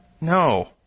No